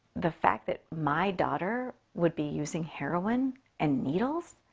the fact that my daughter would be using heroin and needles.